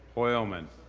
hoylman,